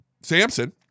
Samson